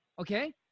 okay